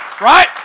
right